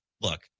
look